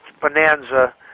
bonanza